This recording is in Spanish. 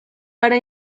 para